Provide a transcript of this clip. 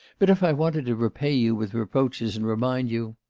but if i wanted to repay you with reproaches and remind you.